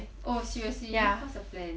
oh seriously what's the plan